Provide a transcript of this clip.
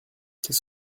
qu’est